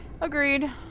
Agreed